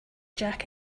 jack